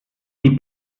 die